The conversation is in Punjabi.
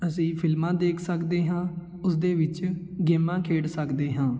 ਅਸੀਂ ਫਿਲਮਾਂ ਦੇਖ ਸਕਦੇ ਹਾਂ ਉਸਦੇ ਵਿੱਚ ਗੇਮਾਂ ਖੇਡ ਸਕਦੇ ਹਾਂ